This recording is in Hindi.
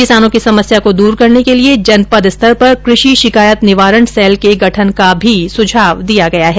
किसानों की समस्या को दूर करने के लिए जनपद स्तर पर कृषि शिकायत निवारण सेल के गठन का भी सुझाव दिया गया है